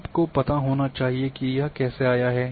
आपको पता होना चाहिए कि यह कैसे आया है